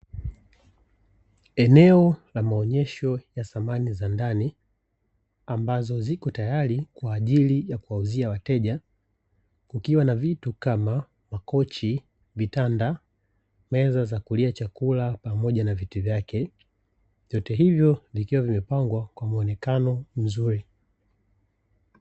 Eneo la maonyesho ya samani za ndani, ambazo ziko tayari kwa ajili ya kuwauzia wateja, kukiwa na vitu kama: makochi, vitanda, meza za kulia chakula, pamoja na viti vyake; vyote hivyo vikiwa vimepangwa kwa muonekano mzuri.